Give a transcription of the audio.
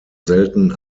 selten